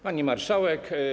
Pani Marszałek!